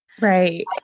Right